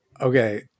Okay